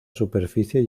superficie